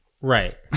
Right